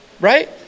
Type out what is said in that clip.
right